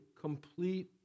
complete